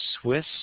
Swiss